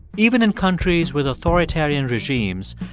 even in countries with authoritarian regimes,